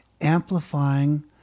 amplifying